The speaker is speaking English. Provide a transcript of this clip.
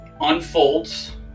unfolds